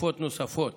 בתקופות נוספות